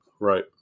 Right